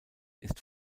ist